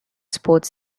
sports